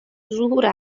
ظهور